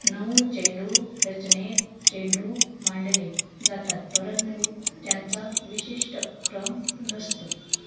नऊ चेंडू रचनेत चेंडू मांडले जातात परंतु त्यांचा विशिष्ट क्रम नसतो